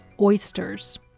oysters